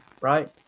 right